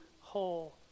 whole